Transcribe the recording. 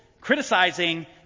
criticizing